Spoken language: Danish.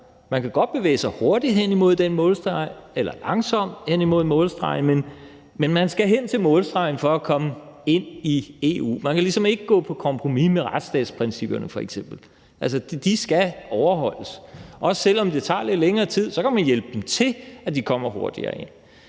man kan godt bevæge sig hurtigt eller langsomt hen imod målstregen, men man skal hen til målstregen for at komme ind i EU. Man kan ligesom ikke gå på kompromis med f.eks. retsstatsprincipperne, altså, de skal overholdes, også selv om det tager lidt længere tid. Så kan man hjælpe til med, at de kommer hurtigere ind.